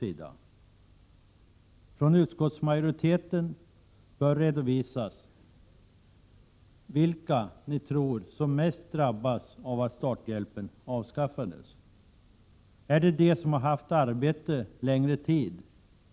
Från er inom utskottsmajoriteten bör redovisas vilka ni tror drabbas mest av att starthjälpen avskaffades. Är det de som har haft arbete under en längre tid?